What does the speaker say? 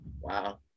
wow